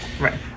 right